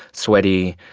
sweaty,